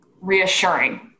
reassuring